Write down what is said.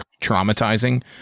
traumatizing